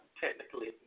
Technically